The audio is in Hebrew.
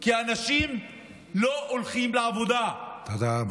כי אנשים לא הולכים לעבודה, תודה רבה.